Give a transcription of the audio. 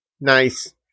Nice